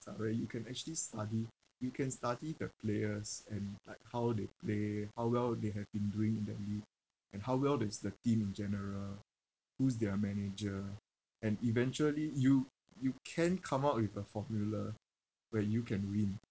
ah where you can actually study you can study the players and like how they play how well they have been doing in that league and how well does the team in general whose their manager and eventually you you can come up with a formula where you can win